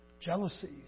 jealousies